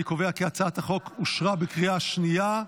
אני קובע כי הצעת החוק אושרה בקריאה שנייה.